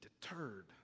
deterred